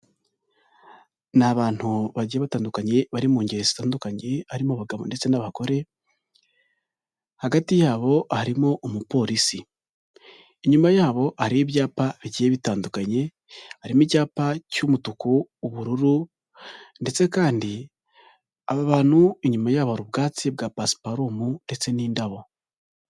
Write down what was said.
Ni abantu bagiye batandukanye bari mu ngeri zitandukanye, harimo abagabo ndetse n'abagore hagati yabo harimo umupolisi, inyuma yabo hari ibyapa bigiye bitandukanye, harimo icyapa cy'umutuku, ubururu, ndetse kandi aba abantu inyuma yabo ubwatsi bwa pasiparumu ndetse n'indabo.